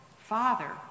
father